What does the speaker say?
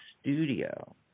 studio